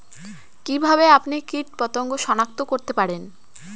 কিভাবে আপনি কীটপতঙ্গ সনাক্ত করতে পারেন?